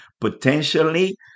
potentially